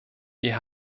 wir